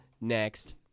Next